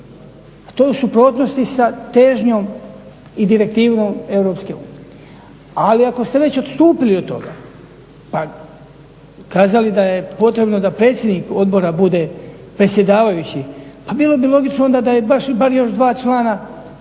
To je u suprotnosti sa težnjom i direktivom EU. Ali ako ste već odstupili od toga pa kazali da je potrebno da predsjednik odbora bude predsjedavajući, pa bilo bi logično onda da su bar još dva člana Odbora